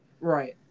Right